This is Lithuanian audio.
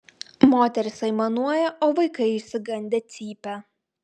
moterys aimanuoja o vaikai išsigandę cypia